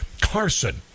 Carson